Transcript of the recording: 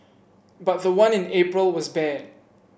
but the one in April was bad